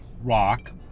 rock